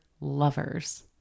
lovers